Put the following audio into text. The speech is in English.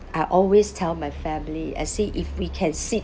I always tell my family I say if we can sit